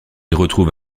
retrouve